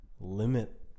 limit